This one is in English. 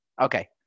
Okay